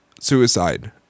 suicide